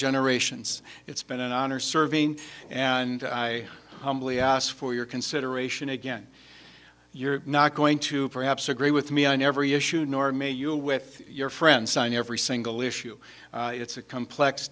generations it's been an honor serving and i humbly ask for your consideration again you're not going to perhaps agree with me on every issue nor may you with your friends sign every single issue it's a complex